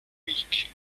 week